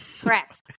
Correct